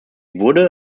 wurde